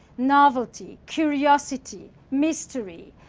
novelty, curiosity, mystery.